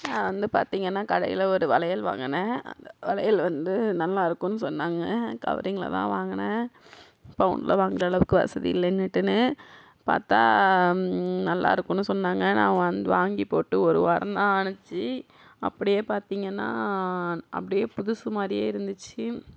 நான் வந்து பார்த்தீங்கன்னா கடையில் ஒரு வளையல் வாங்கினேன் அந்த வளையல் வந்து நல்லாருக்குன்னு சொன்னாங்க கவரிங்கில் தான் வாங்கினேன் பவுனில் வாங்குற அளவுக்கு வசதி இல்லைனுட்டுன்னு பார்த்தா நல்லாயிருக்குன்னு சொன்னாங்க நான் வந்து வாங்கி போட்டு ஒரு வாரம் தான் ஆனுச்சு அப்படியே பார்த்தீங்கன்னா அப்படியே புதுசு மாதிரியே இருந்துச்சி